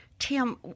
Tim